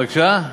בבקשה?